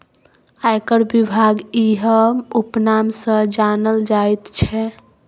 आयकर विभाग इएह उपनाम सँ जानल जाइत छै